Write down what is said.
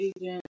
agent